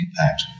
impact